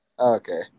okay